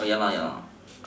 oh ya lah ya lah